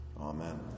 Amen